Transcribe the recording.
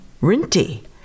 Rinty